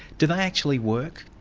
do they actually work?